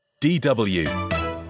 DW